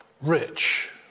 rich